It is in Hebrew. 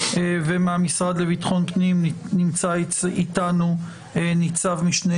יש לנו בקשה שכל מי שמדבר ואינו חבר כנסת,